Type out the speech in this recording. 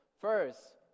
first